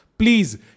Please